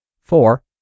four